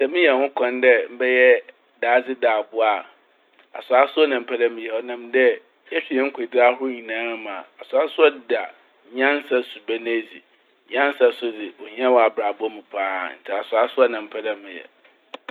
Sɛ minya ho kwan dɛ mɛyɛ daadze do abowa a, asoasoa na mepɛ dɛ meyɛ. Ɔnam dɛ ɛhwɛ hɛn kodzi ahorow nyinaa mu a, asoasoa da nyansa suban edzi. Nyansa so dze ohia wɔ abrabɔ mu paa ntsi asoasoa na mepɛ meyɛ.